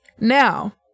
Now